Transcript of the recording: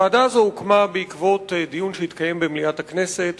הוועדה הזאת הוקמה בעקבות דיון שהתקיים במליאת הכנסת,